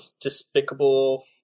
despicable